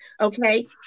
Okay